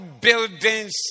buildings